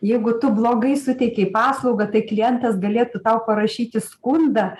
jeigu tu blogai suteikei paslaugą tai klientas galėtų tau parašyti skundą